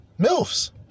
MILFs